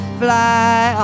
fly